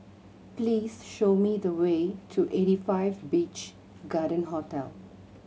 please show me the way to Eighty Five Beach Garden Hotel